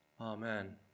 Amen